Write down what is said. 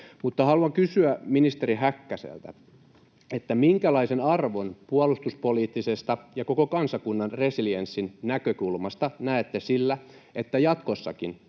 Mutta haluan kysyä ministeri Häkkäseltä: minkälaisen arvon puolustuspoliittisesta ja koko kansakunnan resilienssin näkökulmasta näette sillä, että jatkossakin